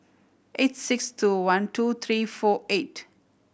eight six two one two three four eight